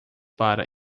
para